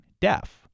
deaf